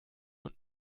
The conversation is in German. und